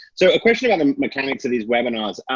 so a question about the mechanics of these webinars.